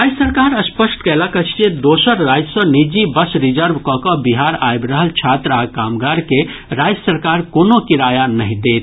राज्य सरकार स्पष्ट कयलक अछि जे दोसर राज्य सँ निजी बस रिजर्व कऽ कऽ बिहार आबि रहल छात्र आ कामगार के राज्य सरकार कोनो किराया नहि देत